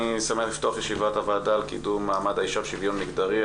אני שמח לפתוח את ישיבת הוועדה לקידום מעמד האישה ולשוויון מגדרי.